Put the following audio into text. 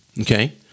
Okay